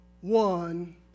one